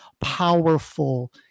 powerful